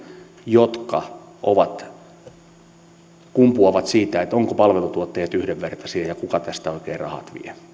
jotka kumpuavat siitä ovatko palveluntuottajat yhdenvertaisia ja kuka tästä oikein rahat vie